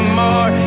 more